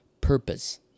purpose